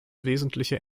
wesentliche